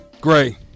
Gray